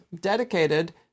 dedicated